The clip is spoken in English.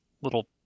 little